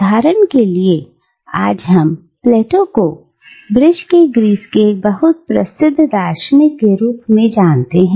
उदाहरण के लिए आज हम प्लेटो को ब्रिज के ग्रीस के एक बहुत प्रसिद्ध दार्शनिक के रूप में जानते हैं